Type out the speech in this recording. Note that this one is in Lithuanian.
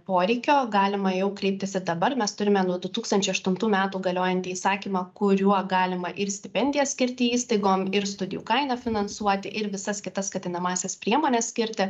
poreikio galima jau kreiptis ir dabar mes turime nu du tūkstančiai aštuntų metų galiojantį įsakymą kuriuo galima ir stipendijas skirti įstaigom ir studijų kainą finansuoti ir visas kitas skatinamąsias priemones skirti